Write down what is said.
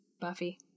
Buffy